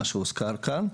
מה שהוזכר כאן,